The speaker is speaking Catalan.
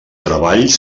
treball